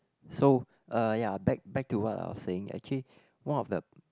so uh ya back back to what I was saying actually one of the